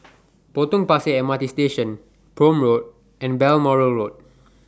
Potong Pasir M R T Station Prome Road and Balmoral Road